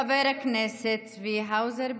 כעת חבר הכנסת צבי האוזר,